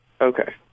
Okay